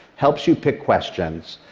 helps you pick questions,